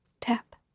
tap